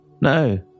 No